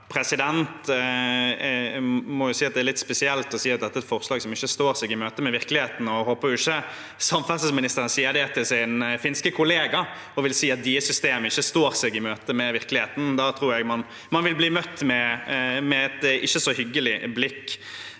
Jeg må si at det er litt spesielt å si at dette er et forslag som ikke står seg i møte med virkeligheten. Jeg håper jo ikke samferdselsministeren sier til sin finske kollega at deres system ikke står seg i møte med virkeligheten. Da tror jeg man vil bli møtt med et ikke så hyggelig blikk.